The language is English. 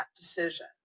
decision